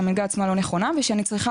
של המלגה עצמה לא נכונה ושאני צריכה